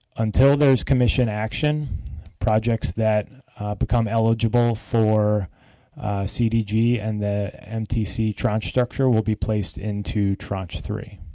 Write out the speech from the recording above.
until those commission action projects that become eligible for cdg and the mtc tranche structure will be placed into tranche three.